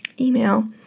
Email